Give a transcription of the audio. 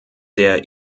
der